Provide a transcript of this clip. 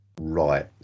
right